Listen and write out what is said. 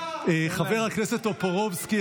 חבר הכנסת טופורובסקי,